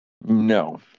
No